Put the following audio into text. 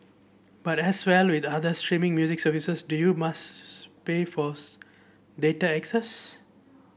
but as well with other streaming music services do you must pay for data access